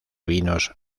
vinos